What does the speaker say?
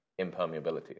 impermeability